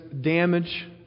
damage